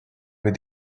with